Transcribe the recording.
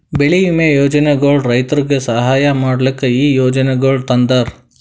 ಬೆಳಿ ವಿಮಾ ಯೋಜನೆಗೊಳ್ ರೈತುರಿಗ್ ಸಹಾಯ ಮಾಡ್ಲುಕ್ ಈ ಯೋಜನೆಗೊಳ್ ತಂದಾರ್